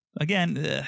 Again